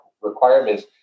requirements